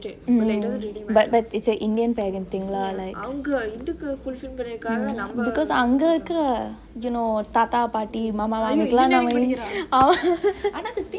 mm mm but but it's an indian parent thing lah like because அங்க இருக்கர:angge irukure you know தாத்தா பாட்டி மாமா ஆமா:taatha paati maama aama